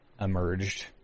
emerged